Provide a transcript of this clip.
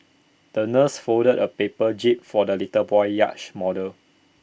the nurse folded A paper jib for the little boy's yacht model